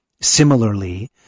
similarly